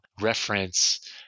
reference